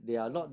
oh